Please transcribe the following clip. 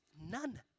None